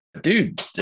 dude